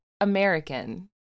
American